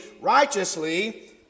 righteously